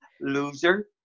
loser